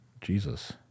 Jesus